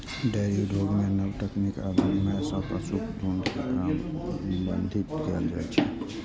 dairy उद्योग मे नव तकनीक आ विनियमन सं पशुक झुंड के प्रबंधित कैल जाइ छै